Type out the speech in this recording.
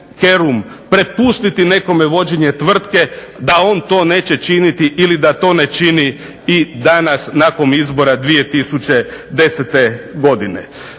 prepustiti nekome vođenje tvrtke da on to neće činiti ili da ne čini nakon izbora 2009. godine.